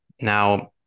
Now